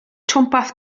twmpath